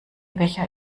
becher